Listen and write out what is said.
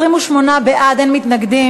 ועדה לביקורת המדינה,